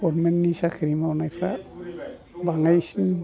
गभर्नमेन्टनि साख्रि मावनायफ्रा बाङायसिन